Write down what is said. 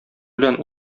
белән